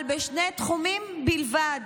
אבל בשני תחומים בלבד: